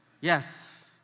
Yes